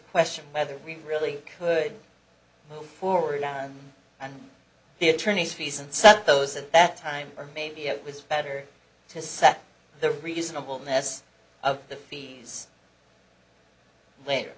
question whether we really could move forward on the attorney's fees and set those at that time or maybe it was better to set the reasonable ness of the fees later